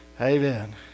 Amen